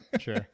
Sure